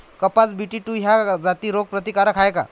कपास BG two ह्या जाती रोग प्रतिकारक हाये का?